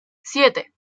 siete